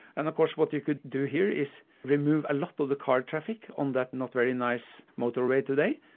and of course what you could do here is remove a lot of the car traffic on that not very nice motorway today,